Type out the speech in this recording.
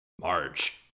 Marge